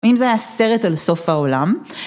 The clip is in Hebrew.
שלום מה נשמע?